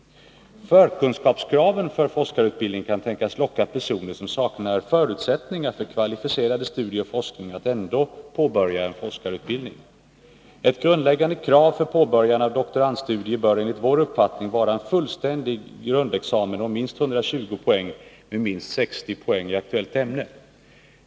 Förkunskapskraven för forskarutbildning kan tänkas locka personer som saknar förutsättningar för kvalificerade studier och forskning att ändå påbörja en forskarutbildning. Ett grundläggande krav för påbörjande av doktorandstudier bör enligt vår uppfattning vara en fullständig grundexamen om minst 120 poäng med minst 60 poäng i aktuellt ämne.